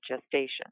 gestation